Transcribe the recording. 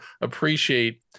appreciate